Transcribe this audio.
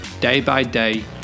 day-by-day